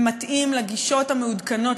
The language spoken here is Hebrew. שמתאים לגישות המעודכנות,